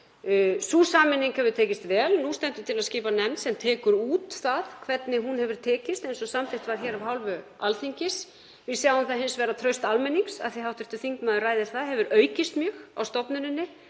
Sú sameining hefur tekist vel. Nú stendur til að skipa nefnd sem tekur út hvernig hún hefur tekist, eins og samþykkt var hér af hálfu Alþingis. Við sjáum það hins vegar að traust almennings, af því að hv. þingmaður ræðir það, hefur aukist mjög á stofnuninni